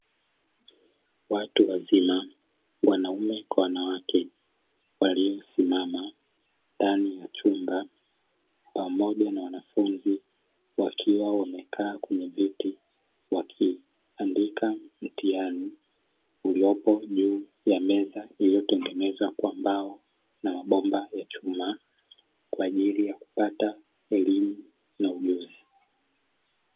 Watu wazima, wanaume kwa wanawake, waliosimama ndani ya chumba pamoja na wanafunzi wakiwa wamekaa kwenye viti, wakiandika mitihani iliyopo juu ya meza iliyotengenezwa kwa mbao na mabomba ya chuma kwa ajili ya kupata elimu na ujuzi.